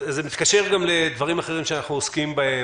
וזה מתקשר גם לדברים אחרים שאנחנו עוסקים בהם,